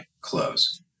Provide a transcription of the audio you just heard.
close